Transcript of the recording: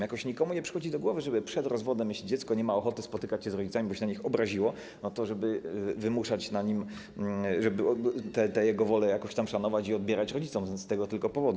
Jakoś nikomu nie przychodzi do głowy, żeby przed rozwodem, jeśli dziecko nie ma ochoty spotykać się z rodzicami, bo się na nich obraziło, wymuszać na nim, tę jego wolę jakoś tam szanować i odbierać rodzicom z tego tylko powodu.